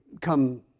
come